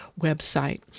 website